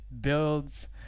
builds